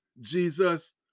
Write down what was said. Jesus